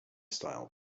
style